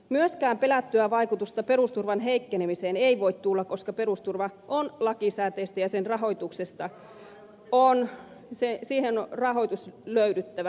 myöskään pelättyä vaikutusta perusturvan heikkenemiseen ei voi tulla koska perusturva on lakisääteistä ja siihen on rahoitus löydettävä